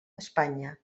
espanya